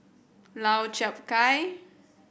Lau Chiap Khai